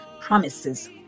promises